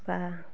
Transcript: उसका